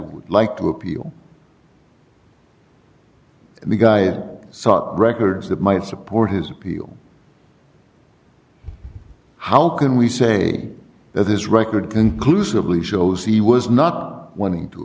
would like to appeal and the guy sought records that might support his appeal how can we say that this record conclusively shows he was not wanting to